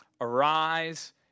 Arise